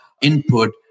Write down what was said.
input